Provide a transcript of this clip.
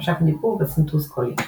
ממשק דיבור וסינתוז קולי.